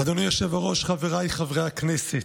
אדוני היושב-ראש, חבריי חברי הכנסת,